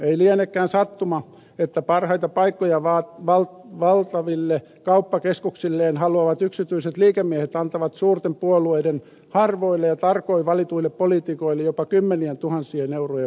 ei lienekään sattuma että parhaita paikkoja valtaville kauppakeskuksilleen haluavat yksityiset liikemiehet antavat suurten puolueiden harvoille ja tarkoin valituille poliitikoille jopa kymmenientuhansien eurojen vaalituet